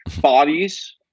bodies